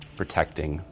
protecting